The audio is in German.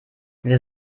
wir